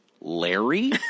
Larry